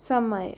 समय